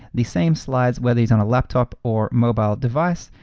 the same slides whether he's on a laptop or mobile device.